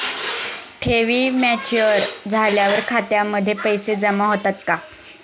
ठेवी मॅच्युअर झाल्यावर खात्यामध्ये पैसे जमा होतात का?